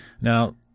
Now